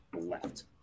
left